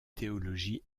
théologie